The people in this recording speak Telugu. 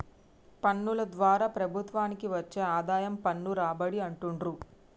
పన్నుల ద్వారా ప్రభుత్వానికి వచ్చే ఆదాయం పన్ను రాబడి అంటుండ్రు